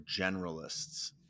generalists